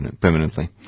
permanently